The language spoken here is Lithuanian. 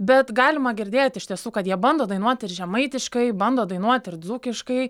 bet galima girdėt iš tiesų kad jie bando dainuot ir žemaitiškai bando dainuot ir dzūkiškai